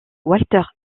walter